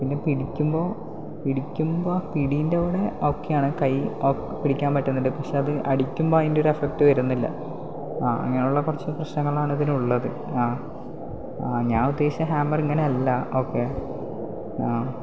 പിന്നെ പിടിക്കുമ്പോൾ പിടിക്കുമ്പോൾ ആ പിടീൻ്റെയവിടെ ഓക്കെയാണ് കൈ പിടിക്കാൻ പറ്റുന്നുണ്ട് പക്ഷേ അത് അടിക്കുമ്പോൾ അതിൻ്റെ ഒരു എഫക്ട് വരുന്നില്ല ആ അങ്ങനെയുള്ള കുറച്ച് പ്രശ്നങ്ങളാണ് ഇതിന് ഉള്ളത് ആ ആ ഞാൻ ഉദ്ദേശിച്ച ഹാമർ ഇങ്ങനെ അല്ല ഓക്കെ ആ